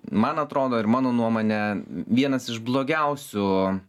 man atrodo ir mano nuomone vienas iš blogiausių